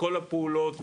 בכל הפעולות,